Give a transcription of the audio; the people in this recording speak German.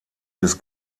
des